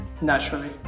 naturally